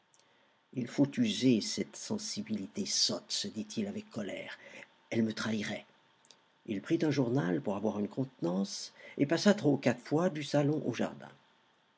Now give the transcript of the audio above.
il faut user cette sensibilité sotte se dit-il avec colère elle me trahirait il prit un journal pour avoir une contenance et passa trois ou quatre fois du salon au jardin